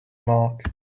mark